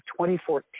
2014